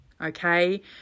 okay